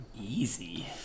Easy